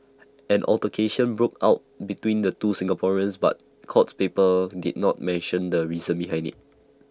an altercation broke out between the two Singaporeans but court papers did not mention the reason behind IT